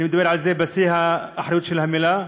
ואני מדבר על זה בשיא האחריות של המילה,